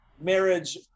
marriage